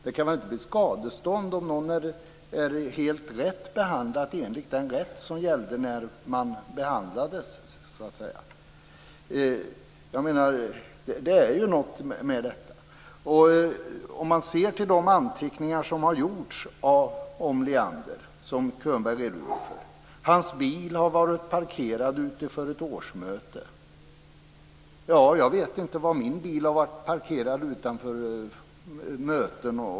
Det kan väl inte bli skadestånd om någon är helt riktigt behandlad enligt den rätt som gällde när man behandlingen skedde? Det är något med detta. Man kan se till de anteckningar som har gjorts om Leander, som Könberg redogjorde för. Hans bil har varit parkerad utanför ett årsmöte. Jag vet inte vilka möten och annat som min bil har varit parkerad utanför.